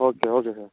okay okay sir